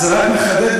זה רק מחדד,